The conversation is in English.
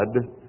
God